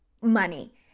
money